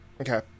Okay